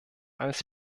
als